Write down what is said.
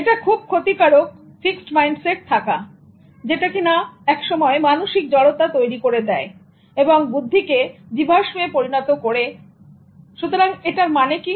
এটা খুব ক্ষতিকারক ফিক্সড মাইন্ডসেট থাকা যেটা কিনা মানসিক জড়তা তৈরি করে দেয় এবং বুদ্ধিকে জীবাশ্মে পরিণত করে সুতরাং এটার মানে কি